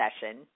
session